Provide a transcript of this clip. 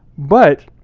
but,